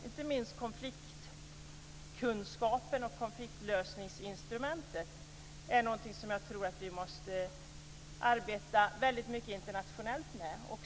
Inte minst konfliktkunskap och konfliktlösningsinstrument är något som vi måste arbeta väldigt mycket internationellt med.